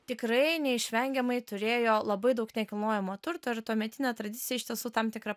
tikrai neišvengiamai turėjo labai daug nekilnojamo turto ir tuometinė tradicija iš tiesų tam tikra